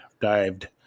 dived